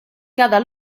cada